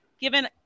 given